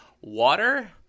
water